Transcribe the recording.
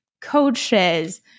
coaches